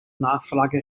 nachfrage